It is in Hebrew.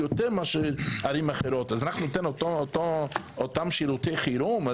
יותר מאשר ערים אחרות אז ניתן אותם שירותי חירום?